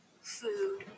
Food